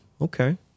okay